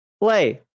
Play